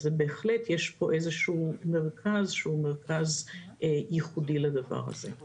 בהחלט יש פה איזשהו מרכז ייחודי לדבר הזה.